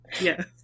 Yes